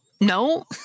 no